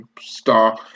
star